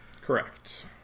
Correct